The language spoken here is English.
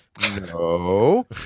No